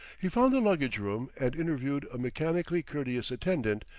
he found the luggage-room and interviewed a mechanically courteous attendant,